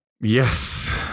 Yes